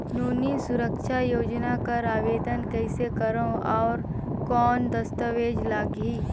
नोनी सुरक्षा योजना कर आवेदन कइसे करो? और कौन दस्तावेज लगही?